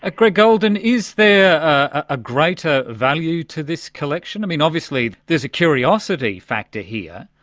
ah greg goldin, is there a greater value to this collection? i mean, obviously there's a curiosity factor here,